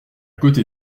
côté